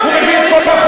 הוא מביא את כל החוכמה,